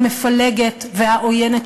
המפלגת והעוינת,